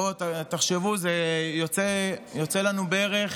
בואו תחשבו, זה יוצא לנו בערך